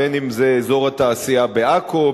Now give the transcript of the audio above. בין שזה אזור התעשייה בעכו,